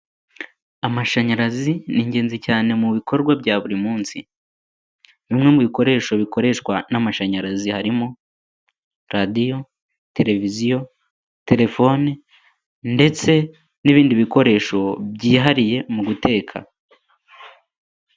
Amashanyarazi ni ingenzi cyane mu bikorwa bya buri munsi. Bimwe mu bikoresho bikoreshwa n'amashanyarazi harimo, radiyo, televiziyo, telefoni, ndetse n'ibindi bikoresho byihariye mu guteka.